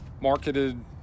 marketed